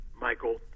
Michael